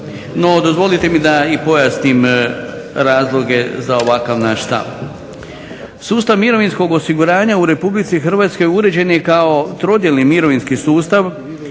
No, dozvolite mi i da pojasnim razloge za ovakav naš stav.